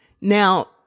Now